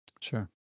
Sure